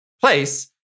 place